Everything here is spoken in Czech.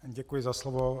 Děkuji za slovo.